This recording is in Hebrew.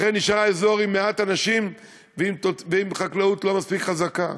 לכן נשאר האזור עם מעט אנשים ועם חקלאות לא מספיק חזקה.